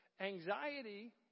Anxiety